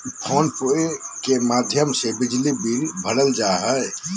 phone पे के माध्यम से बिजली बिल भरल जा हय